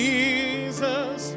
Jesus